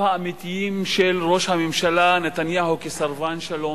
האמיתיים של ראש הממשלה נתניהו כסרבן שלום,